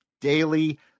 Daily